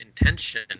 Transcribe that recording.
intention